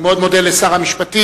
אני מאוד מודה לשר המשפטים.